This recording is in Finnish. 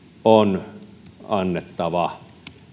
on annettava